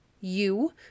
You